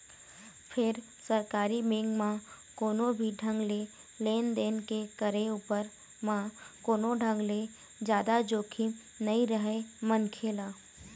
फेर सरकारी बेंक म कोनो भी ढंग ले लेन देन के करे उपर म कोनो ढंग ले जादा जोखिम नइ रहय मनखे ल